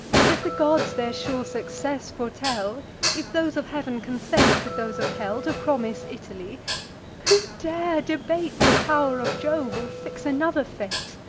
but, if the gods their sure success foretell if those of heav'n consent with those of hell, to promise italy who dare debate the pow'r of jove, or fix another fate?